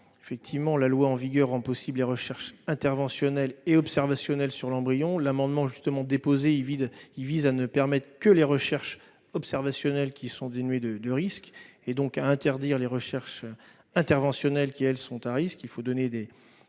rectifié , la loi en vigueur rend effectivement possibles les recherches interventionnelles et observationnelles sur l'embryon. Mon amendement vise justement à ne permettre que les recherches observationnelles, qui sont dénuées de risques, donc à interdire les recherches interventionnelles qui, elles, sont à risque.